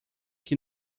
que